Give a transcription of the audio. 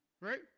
Right